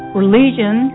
religion